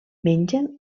mengen